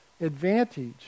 advantage